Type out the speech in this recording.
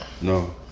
No